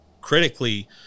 critically